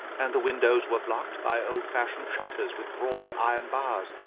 and the windows were blocked by old-fashioned shutters with broad iron bars,